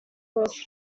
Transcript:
cause